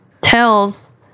tells